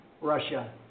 Russia